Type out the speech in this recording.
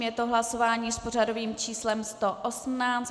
Je to hlasování s pořadovým číslem 118.